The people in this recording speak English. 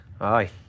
Aye